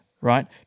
right